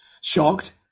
shocked